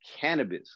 cannabis